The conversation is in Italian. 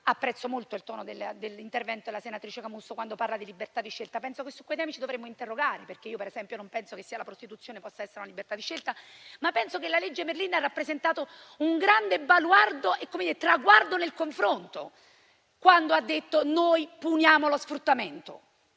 apprezzato molto il tono dell'intervento della senatrice Camusso, quando ha parlato di libertà di scelta. Penso che su quei temi ci dovremmo interrogare, perché io, per esempio, non ritengo che la prostituzione possa essere una libertà di scelta, ma credo che la legge Merlin abbia rappresentato un grande baluardo e un traguardo nel confronto, quando si è prefissa di punire. Si è affrontato